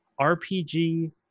rpg